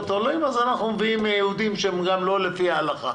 עולות אז אנחנו מביאים יהודים שהם גם לא לפי ההלכה.